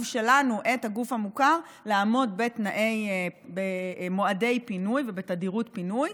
שלנו את הגוף המוכר לעמוד במועדי פינוי ובתדירות פינוי.